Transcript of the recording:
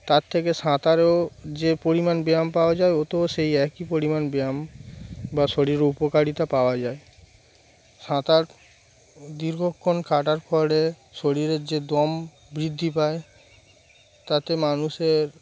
তার থেকে সাঁতারেও যে পরিমাণ ব্যায়াম পাওয়া যায় ও তও সেই একই পরিমাণ ব্যায়াম বা শরীরের উপকারিতা পাওয়া যায় সাঁতার দীর্ঘক্ষণ কাটার ফলে শরীরের যে দম বৃদ্ধি পায় তাতে মানুষের